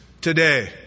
today